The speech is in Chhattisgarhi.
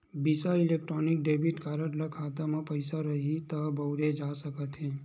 बिसा इलेक्टानिक डेबिट कारड ल खाता म पइसा रइही त बउरे जा सकत हे